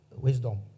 wisdom